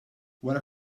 wara